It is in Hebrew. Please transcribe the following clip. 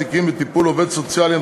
התשע"ה 2015,